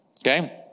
okay